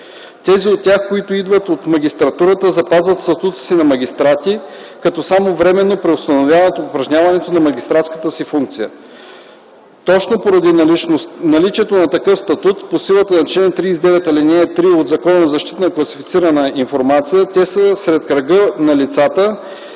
Тези от тях, които идват от магистратурата, запазват статута си на магистрати, като само временно преустановяват упражняването на магистратската си функция. Точно поради наличието на такъв статут по силата на чл. 39, ал. 3 от Закона за защита на класифицирана информация, те са сред кръга на лицата,